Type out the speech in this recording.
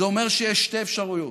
זה אומר שיש שתי אפשרויות: